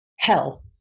hell